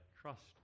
trust